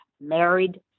married